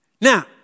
Now